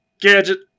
Gadget